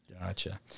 gotcha